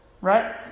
right